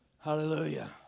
Hallelujah